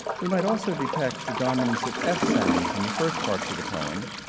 we might also detect the dominance of f sounds in the first parts of the poem,